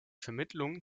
vermittlung